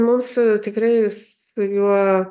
mūsų tikrai su juo